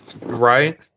Right